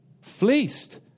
fleeced